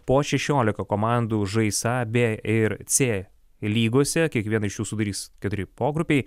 po šešiolika komandų žais a b ir c lygose kiekvieną iš jų sudarys keturi pogrupiai